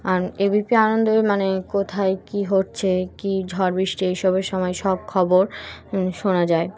আর ABP আনন্দে মানে কোথায় কী হচ্ছে কী ঝড় বৃষ্টি এইসবের সময় সব খবর শোনা যায়